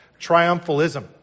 triumphalism